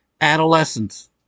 adolescence